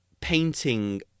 painting